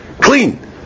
Clean